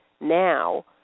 now